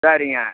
சரிங்க